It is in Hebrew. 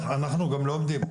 לא, אנחנו גם לא עומדים.